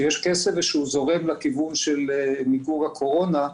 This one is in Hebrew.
שיש כסף ושהוא זורם לכיוון של מיגור הקורונה,